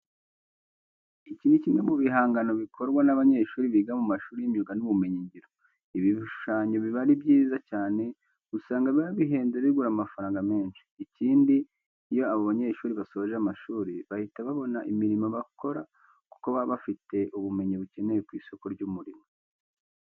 Iki ni kimwe mu bihangano bikorwa n'abanyeshuri biga mu mashuri y'imyuga n'ubumenyingiro. Ibi bishushanyo biba ari byiza cyane, usanga biba bihenze bigura amafaranga menshi. Ikindi iyo aba banyeshuri basoje amashuri bahita babona imirimo bakora kuko baba bafite ubumenyi bukenewe ku isoko ry'umurimo.